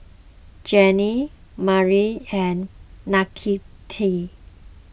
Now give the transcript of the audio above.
Jenny Marlen and Nakita